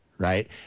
Right